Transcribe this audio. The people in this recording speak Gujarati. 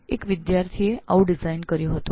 એક વિદ્યાર્થીએ આવું ડિઝાઈન કર્યું હતું